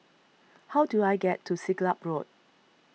how do I get to Siglap Road